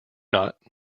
not